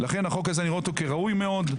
לכן אני רואה את החוק הזה כראוי מאוד.